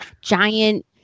giant